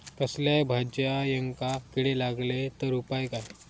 कसल्याय भाजायेंका किडे लागले तर उपाय काय?